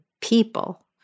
people